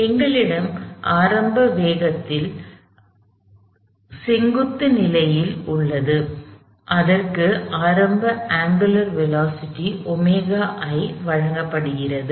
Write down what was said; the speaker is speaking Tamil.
எங்களிடம் பார் ஆரம்பத்தில் செங்குத்து நிலையில் உள்ளது அதற்கு ஆரம்ப அங்குலர் திசைவேகம் ωi வழங்கப்படுகிறது